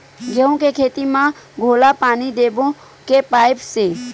गेहूं के खेती म घोला पानी देबो के पाइप से?